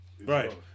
right